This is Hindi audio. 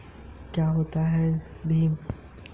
ऋण प्रबंधन क्या है?